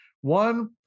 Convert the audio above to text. One